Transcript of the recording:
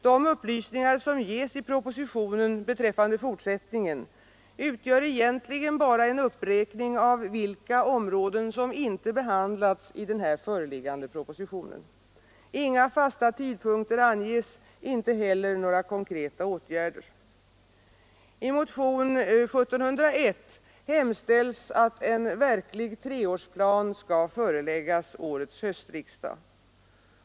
De upplysningar som ges i propositionen beträffande fortsättningen utgör egentligen bara en uppräkning av vilka områden som inte behandlats i den här föreliggande propositionen. Inga fasta tidpunkter anges, inte heller några konkreta åtgärder. I motionen 1974:1701 hemställs att en verklig treårsplan skall föreläggas årets höstriksdag.